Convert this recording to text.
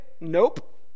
nope